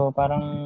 parang